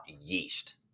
yeast